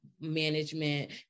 management